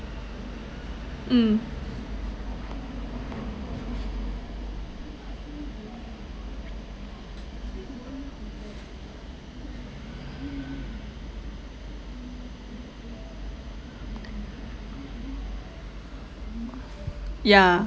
mm yeah